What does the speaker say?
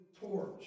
torch